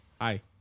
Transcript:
hi